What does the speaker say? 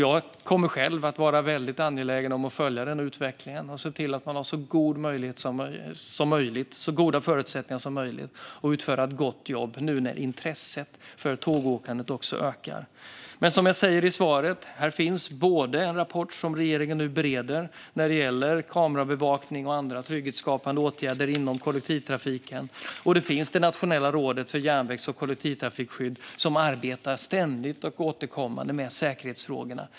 Jag kommer att vara angelägen om att följa utvecklingen och att se till att man har så goda förutsättningar som möjligt att utföra ett gott jobb nu när intresset för tågåkandet ökar. Som jag säger i svaret finns det både en rapport när det gäller kameraövervakning som regeringen nu bereder och andra trygghetsskapande åtgärder inom kollektivtrafiken. Nationella rådet för järnvägs och kollektivtrafikskydd arbetar också ständigt och återkommande med säkerhetsfrågorna.